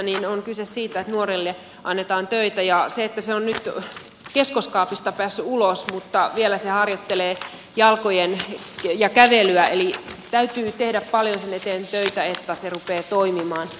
nuorisotakuukysymyksessä on kyse siitä että nuorelle annetaan töitä ja se on nyt keskoskaapista päässyt ulos mutta vielä se harjoittelee kävelyä eli täytyy tehdä paljon sen eteen töitä että se rupeaa toimimaan